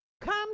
Come